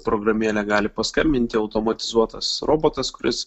programėle gali paskambinti automatizuotas robotas kuris